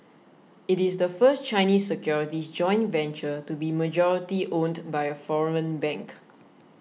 it is the first Chinese securities joint venture to be majority owned by a foreign bank